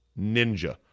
ninja